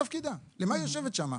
למה היא יושבת שם?